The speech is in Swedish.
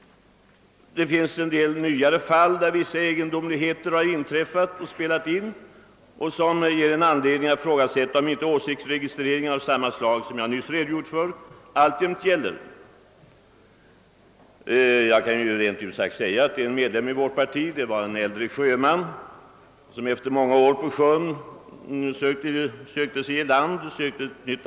Det finns även en del nyare fall, där vissa egendomligheter förekommit och som ger oss anledning att misstänka att åsiktsregistrering av samma slag som jag nyss redogjort för alltjämt förekommer. Jag kan säga rent ut att ett av dessa fall gäller en medlem av vårt parti, en äldre sjöman som efter många år på sjön sökte ett nytt jobb i land.